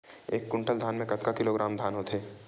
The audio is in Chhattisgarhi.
एक कुंटल धान में कतका किलोग्राम धान होथे?